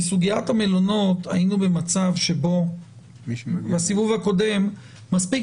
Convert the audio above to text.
בסוגיית המלונות היינו במצב שבו בסיבוב הקודם מספיק